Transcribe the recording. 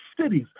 cities